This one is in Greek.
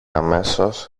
αμέσως